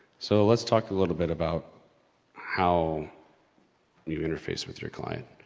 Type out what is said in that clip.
so let's talk a little bit about how you interface with your client.